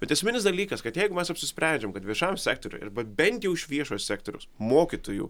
bet esminis dalykas kad jeigu mes apsisprendžiam kad viešajam sektoriuj arba bent jau iš viešojo sektoriaus mokytojų